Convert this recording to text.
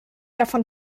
davon